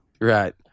right